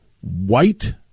white